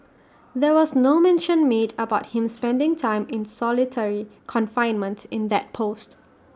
there was no mention made about him spending time in solitary confinement in that post